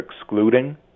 excluding